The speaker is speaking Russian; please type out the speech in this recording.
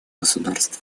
государств